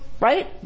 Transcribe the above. right